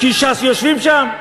כי ש"ס יושבים שם?